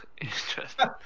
Interesting